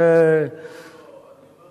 חבר הכנסת שנאן.